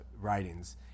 writings